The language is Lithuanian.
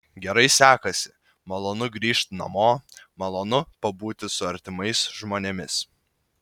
gerai sekasi malonu grįžt namo malonu pabūti su artimais žmonėmis